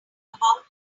about